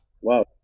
Wow